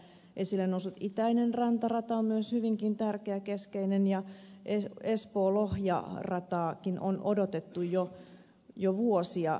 täällä esille noussut itäinen rantarata on myös hyvinkin tärkeä ja keskeinen ja espoolohja radankin suunnitelmia ja toteuttamista on odotettu jo vuosia